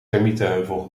termietenheuvel